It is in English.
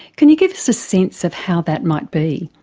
can you give us a sense of how that might be?